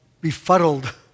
befuddled